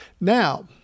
Now